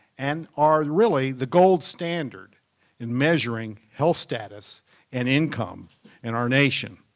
and are really the gold standard in measuring health status and income in our nation.